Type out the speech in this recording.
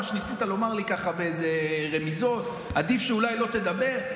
מה שניסית לומר לי ככה ברמיזות: עדיף שאולי לא תדבר?